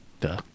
Duh